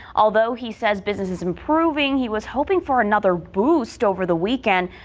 although he says business is improving he was hoping for another boost over the weekend.